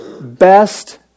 best